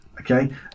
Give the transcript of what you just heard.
Okay